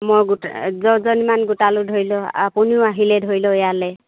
মই গোটাই দহজনীমান গোটালোঁ ধৰি লওক আপুনিও আহিলে ধৰি লওক ইয়ালৈ